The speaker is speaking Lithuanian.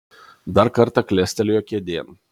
dar kartą klestelėjo kėdėn